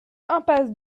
impasse